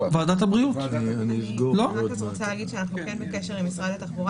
אני רוצה להגיד שאנחנו כן בקשר עם משרד התחבורה